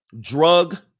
drug